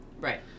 Right